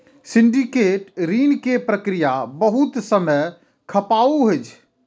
syndicate ऋण के प्रक्रिया बहुत समय खपाऊ होइ छै